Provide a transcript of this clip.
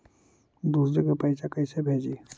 दुसरे के पैसा कैसे भेजी?